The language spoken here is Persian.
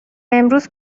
امروز